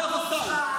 אתה וסאל,